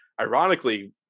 ironically